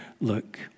look